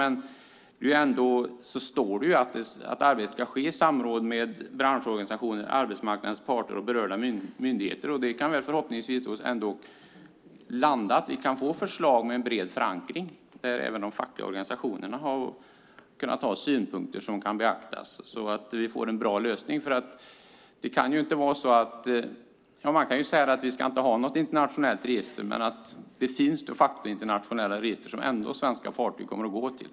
Det står att arbetet ska ske i samråd med branschorganisationer, arbetsmarknadens parter och berörda myndigheter. Förhoppningsvis landar det i förslag med bred förankring - förslag på vilka även de fackliga organisationerna har kunnat ha synpunkter som kan beaktas just för att vi ska få en bra lösning. Man kan säga att vi inte ska ha något internationellt register. Men de facto finns det internationella register som man beträffande svenska fartyg ändå kommer att gå till.